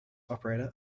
operator